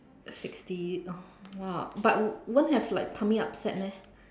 sixty oh !wah! but won't have like tummy upset meh